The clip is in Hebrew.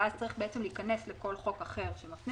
ואז צריך להיכנס לכל חוק אחר שמפנה